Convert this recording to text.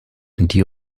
die